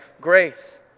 grace